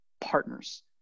partners